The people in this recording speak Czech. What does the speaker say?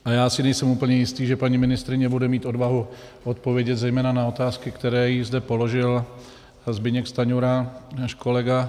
A já si nejsem úplně jistý, že paní ministryně bude mít odvahu odpovědět zejména na otázky, které jí zde položil Zbyněk Stanjura, náš kolega.